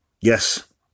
Yes